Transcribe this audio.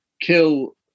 kill